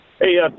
Hey